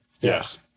Yes